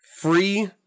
free